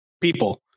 people